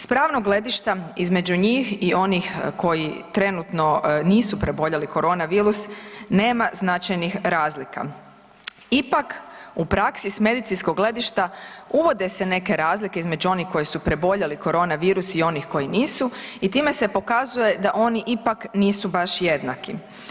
S pravnog gledišta između njih i oni koji trenutno nisu preboljeli korona virus nema značajnih razlika, ipak u praksi s medicinskog gledišta uvode se neke razlike između onih koji su preboljeli korona virus i onih koji nisu i time se pokazuje da oni ipak nisu baš jednaki.